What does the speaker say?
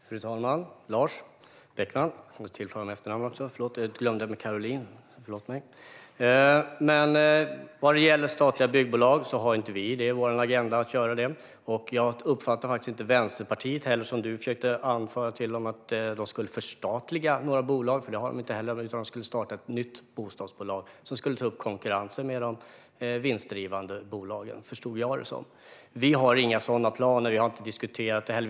Fru talman! Lars Beckman! Jag ska tilltala med efternamn också. Det glömde jag med Caroline - förlåt mig! Statliga byggbolag har vi inte på vår agenda. Jag uppfattar det inte heller som att Vänsterpartiet skulle vilja förstatliga några bolag, som du försökte anföra. Jag förstod det som att de skulle vilja starta ett nytt bostadsbolag som skulle ta upp konkurrensen med de vinstdrivande bolagen. Vi har inga sådana planer. Vi har inte diskuterat det heller.